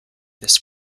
this